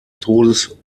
todes